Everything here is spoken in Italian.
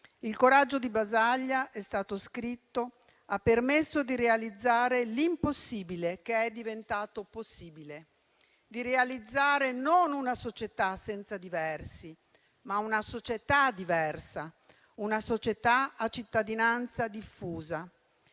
Il coraggio di Basaglia, è stato scritto, ha permesso di realizzare l'impossibile, che è diventato possibile; di realizzare non una società senza diversi, ma una società diversa, una società a cittadinanza diffusa.